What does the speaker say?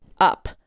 up